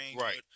Right